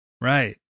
Right